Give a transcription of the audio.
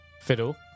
Fiddle